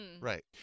Right